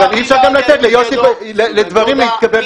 אי-אפשר לתת לדברים להתקבל --- תודה רבה.